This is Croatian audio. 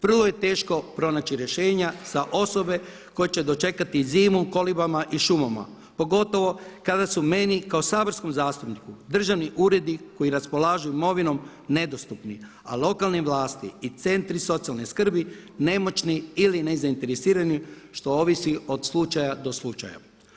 Vrlo je teško pronaći rješenja za osobe koje će dočekati zimu u kolibama i šumama, pogotovo kada su meni kao saborskom zastupniku državni uredi koji raspolažu imovinom nedostupni, a lokalne vlasti i centri socijalne skrbi nemoćni ili nezainteresirani što ovisi od slučaja do slučaja.